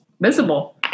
visible